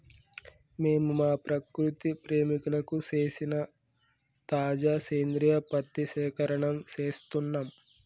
మేము మా ప్రకృతి ప్రేమికులకు సేసిన తాజా సేంద్రియ పత్తి సేకరణం సేస్తున్నం